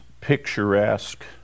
picturesque